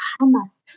Hamas